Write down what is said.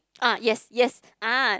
ah yes yes ah